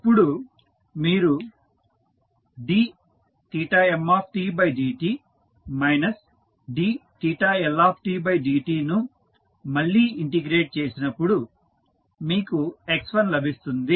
అప్పుడు మీరు dmdt dLdt ను మళ్ళీ ఇంటిగ్రేట్ చేసినప్పుడు మీకు x1 లభిస్తుంది